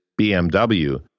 BMW